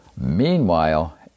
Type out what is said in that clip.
Meanwhile